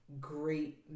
great